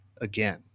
again